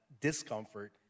discomfort